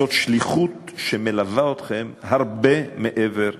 זאת שליחות שמלווה אתכם הרבה מעבר לזה.